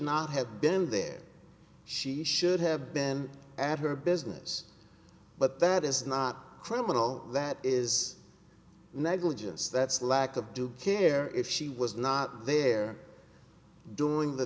not have been there she should have been at her business but that is not criminal that is negligence that's lack of due care if she was not there doing the